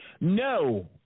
No